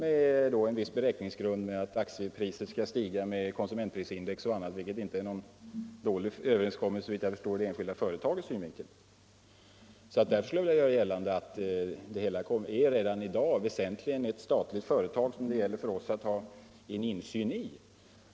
Som beräkningsgrund har man då att aktiepriset stiger enligt konsumentprisindex, vilket såvitt jag förstår inte är någon dålig överenskommelse från det enskilda företagets synpunkt. Därför vill jag göra gällande att PRIBO redan i dag väsentligen är ett statligt företag som det gäller för oss att ha insyn i.